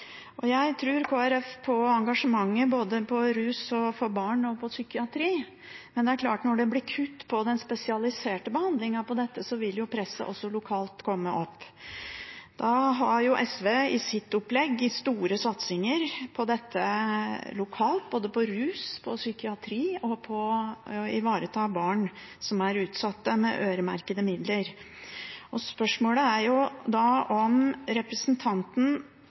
forliket. Jeg tror Kristelig Folkeparti på engasjementet når det gjelder både rus, barn og psykiatri. Men det er klart at når det kuttes i den spesialiserte behandlingen av dette, vil presset også lokalt komme opp. SV har i sitt opplegg store satsinger på dette lokalt, både på rus, på psykiatri og på det å ivareta utsatte barn med øremerkede midler. Spørsmålet er da om representanten